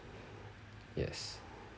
yes